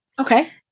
Okay